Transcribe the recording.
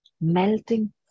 melting